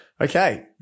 Okay